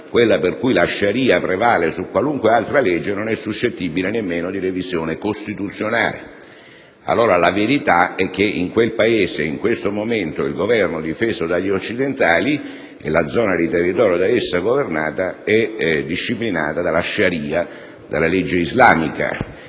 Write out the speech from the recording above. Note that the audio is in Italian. quella per cui la *sharia* prevale su qualunque altra legge, non è suscettibile nemmeno di revisione costituzionale. Allora, la verità è che, in questo momento, il Governo difeso dagli occidentali e la zona di territorio da esso governata sono soggetti alla *sharia*, alla legge islamica,